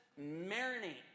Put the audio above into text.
marinate